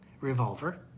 revolver